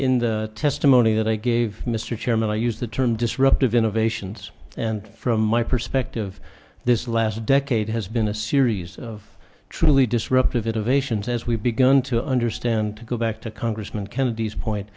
in the testimony that i gave mr chairman i use the term disruptive innovations and from my perspective this last decade has been a series of truly disruptive innovations as we've begun to understand to go back to congressman kennedy's point